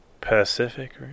Pacific